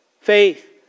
faith